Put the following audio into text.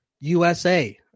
USA